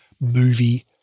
movie